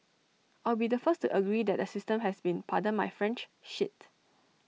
I'll be the first to agree that the system has been pardon my French shit